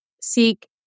seek